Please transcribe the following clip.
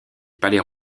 palais